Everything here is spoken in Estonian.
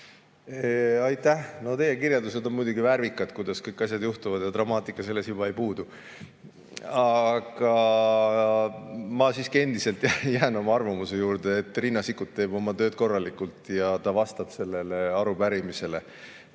Aitäh! No teie kirjeldused on muidugi värvikad, kuidas kõik asjad juhtuvad ja dramaatika nendest juba ei puudu. Aga ma siiski jään endiselt oma arvamuse juurde, et Riina Sikkut teeb oma tööd korralikult ja ta vastab sellele arupärimisele.